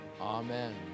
Amen